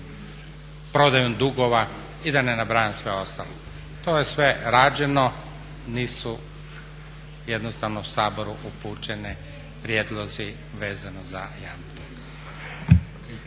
prodajom dugova i da ne nabrajam sve ostalo. To je sve rađeno, nisu jednostavno Saboru upućeni prijedlozi vezano za javni